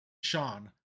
Sean